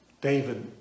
David